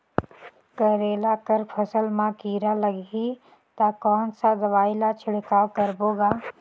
करेला कर फसल मा कीरा लगही ता कौन सा दवाई ला छिड़काव करबो गा?